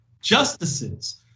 justices